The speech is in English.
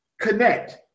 connect